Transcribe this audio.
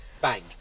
bang